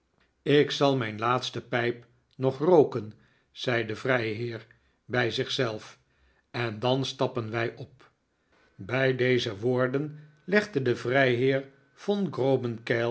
ik zal mijn laatste pijp nog rooken zei de vrijheer bij zich zelf en dan stappen wij op bij deze woorden legde de vrijheer von